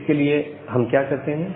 इसके लिए हम क्या करते हैं